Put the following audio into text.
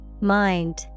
Mind